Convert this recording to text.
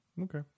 Okay